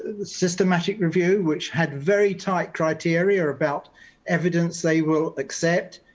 systematic review, which had very tight criteria about evidence they will accept.